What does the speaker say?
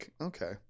okay